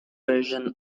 version